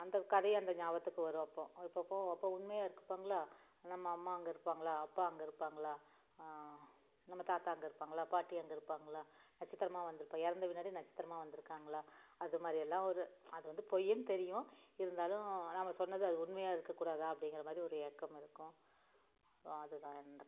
அந்த கதையும் அந்த ஞாபகத்துக்கு வரும் அப்போது அப்பப்போ அப்போ உண்மையாக இருக்குப்பாங்கள்லா நம்ம அம்மா அங்கே இருப்பாங்களா அப்பா அங்கே இருப்பாங்களா நம்ம தாத்தா அங்கே இருப்பாங்களா பாட்டி அங்கே இருப்பாங்களா நட்சத்திரமாக வந்து இப்போ இறந்த பின்னாடி நட்சத்திரமாக வந்திருக்காங்களா அதுமாரியெல்லாம் ஒரு அது வந்து பொய்யின்னு தெரியும் இருந்தாலும் நம் சொன்னது அது உண்மையாக இருக்கக்கூடாதா அப்படிங்கறமாரி ஒரு ஏக்கம் இருக்கும் அப்பறம் அதுதான் எந்தக்கும்